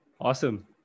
Awesome